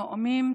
נואמים,